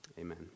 Amen